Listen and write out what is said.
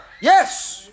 Yes